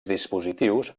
dispositius